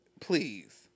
Please